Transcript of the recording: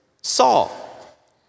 Saul